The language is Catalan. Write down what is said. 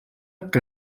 que